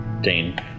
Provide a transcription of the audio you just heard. Dane